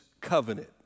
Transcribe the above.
covenant